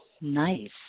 Nice